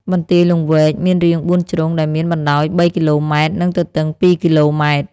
បន្ទាយលង្វែកមានរាងបួនជ្រុង ដែលមានបណ្ដោយ ៣ គីឡូម៉ែត្រ និងទទឹង ២ គីឡូម៉ែត្រ។